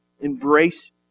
Embrace